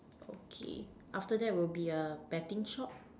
okay after that will be a betting shop